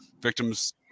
victims